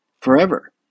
Forever